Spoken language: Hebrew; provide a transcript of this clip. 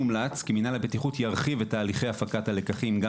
מומלץ כי מינהל הבטיחות ירחיב את תהליכי הפקת הלקחים גם